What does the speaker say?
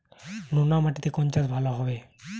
নোনা মাটিতে কোন চাষ ভালো হবে?